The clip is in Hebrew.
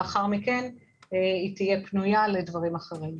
לאחר מכן היא תהיה פנויה לדברים אחרים.